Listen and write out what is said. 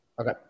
Okay